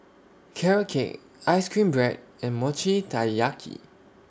Carrot Cake Ice Cream Bread and Mochi Taiyaki